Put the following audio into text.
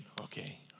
okay